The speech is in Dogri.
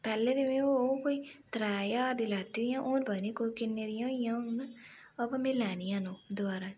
पैह्लें ते में ओह् कोई त्रै ज्हार दियां लैती दियां हून पता नी किन्ने दियां होई गेइयां होङन अवो में लैनियां न दबारा